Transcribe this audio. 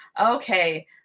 Okay